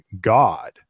God